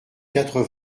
quatre